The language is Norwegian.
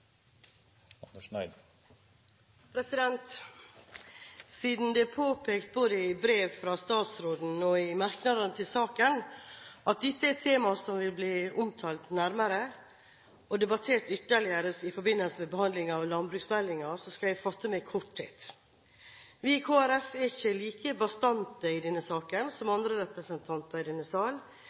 Siden det er påpekt både i brev fra statsråden og i merknadene til saken at dette er et tema som vil bli omtalt nærmere og debattert ytterligere i forbindelse med behandlingen av landbruksmeldingen, skal jeg fatte meg i korthet. Vi i Kristelig Folkeparti er ikke like bastante i denne saken som andre representanter i denne sal.